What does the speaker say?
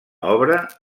obra